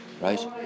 right